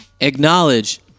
acknowledge